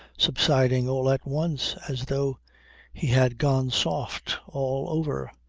subsiding all at once as though he had gone soft all over,